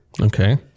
Okay